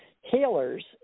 healers